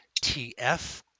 TF